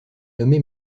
nommé